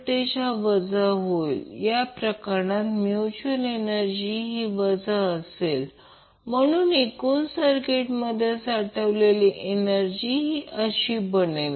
तर आता मला हे स्पष्ट करू या या समीकरण 1 मधून आपण हे पाहू की जर L साठी सोडवल्यास हे निराकरण होईल मी ते केले आहे परंतु हे सोडवल्यास L 12 CZC 2 √ ZC 4 4RL 2 XC 2 हे समीकरण 3 आहे जेथे ZC 2 हे आहे